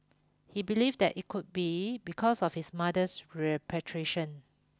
he believed that it could be because of his mother's repatriation